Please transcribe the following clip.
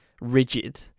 rigid